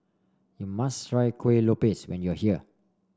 you must try Kueh Lopes when you are here